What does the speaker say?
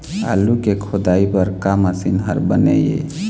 आलू के खोदाई बर का मशीन हर बने ये?